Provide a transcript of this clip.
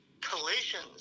collisions